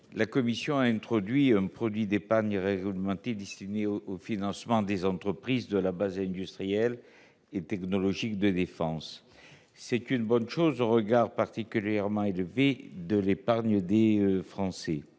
La commission a introduit un produit d'épargne réglementée destiné au financement des entreprises de la base industrielle et technologique de défense. C'est une bonne chose au regard du montant particulièrement élevé de l'épargne des Français.